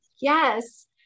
Yes